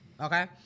okay